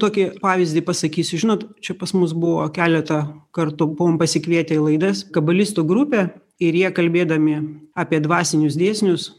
tokį pavyzdį pasakysiu žinot čia pas mus buvo keletą kartų buvom pasikvietę į laidas kabalistų grupę ir jie kalbėdami apie dvasinius dėsnius